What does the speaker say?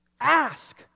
Ask